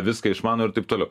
viską išmano ir taip toliau